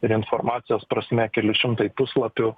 ir informacijos prasme keli šimtai puslapių